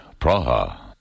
Praha